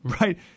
right